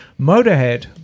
Motorhead